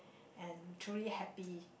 and truly happy